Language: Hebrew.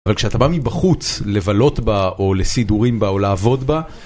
אבל כשאתה בא מבחוץ לבלות בה או לסידורים בה או לעבוד בה